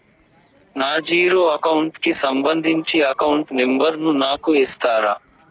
నా zero account కి సంబంధించి అకౌంట్ నెంబర్ ను నాకు ఇస్తారా